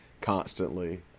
constantly